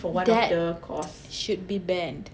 that should be banned